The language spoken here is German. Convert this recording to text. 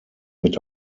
mit